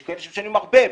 יש כאלה שמשלמים הרבה,